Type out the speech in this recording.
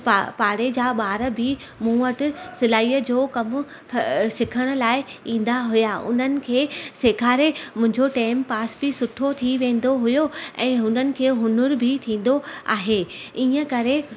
पा पारे जा ॿार बि मां वटि सिलाईअ जो कमु सिखण लाइ ईंदा हुया उन्हनि खे सेखारे मुंहिंजो टैम पास बि सुठो थी वेंदो हुयो ऐं हुननि खे हुनुरु बि थींदो आहे ईअं करे